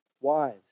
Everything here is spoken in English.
wives